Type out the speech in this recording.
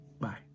Bye